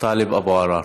טלב אבו עראר.